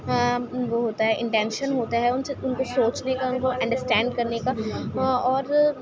وہ ہوتا ہے انٹینشن ہوتا ہے ان سے ان کو سوچنے کا ان کو انڈراسٹینڈ کرنے کا اور